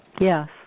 Yes